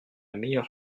meilleure